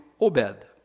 Obed